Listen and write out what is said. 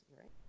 right